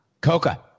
Coca